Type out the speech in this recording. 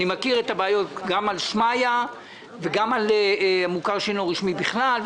אני מכיר את הבעיות של שמעיה ושל המוכר שאינו רשמי בכלל.